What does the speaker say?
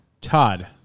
Todd